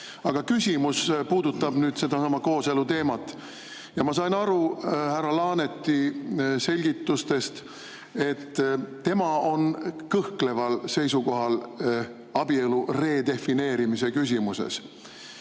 küsimus puudutab sedasama kooseluteemat. Ma sain aru härra Laaneti selgitustest, et tema on kõhkleval seisukohal abielu redefineerimise küsimuses.